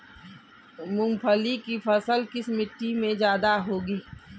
मूंगफली की फसल किस मिट्टी में ज्यादा होगी?